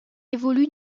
évolue